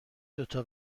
دوتا